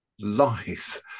lies